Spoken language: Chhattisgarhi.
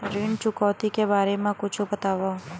ऋण चुकौती के बारे मा कुछु बतावव?